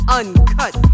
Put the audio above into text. uncut